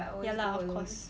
ya lah of course